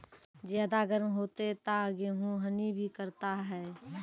ज्यादा गर्म होते ता गेहूँ हनी भी करता है?